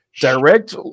direct